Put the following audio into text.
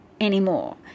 anymore